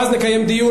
ואז נקיים דיון.